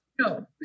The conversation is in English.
No